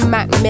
Mac